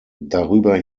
darüber